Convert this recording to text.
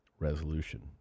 resolution